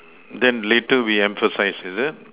then later we emphasize is it